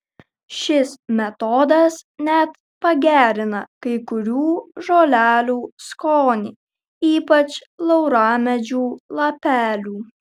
šis metodas net pagerina kai kurių žolelių skonį ypač lauramedžių lapelių